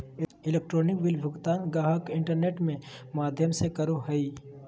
electronic bill भुगतान गाहक internet में माध्यम से करो हइ